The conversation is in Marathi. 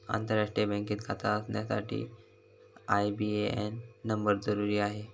आंतरराष्ट्रीय बँकेत खाता असण्यासाठी आई.बी.ए.एन नंबर जरुरी आहे